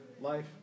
life